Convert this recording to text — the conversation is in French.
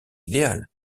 idéal